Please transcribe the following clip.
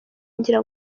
ngira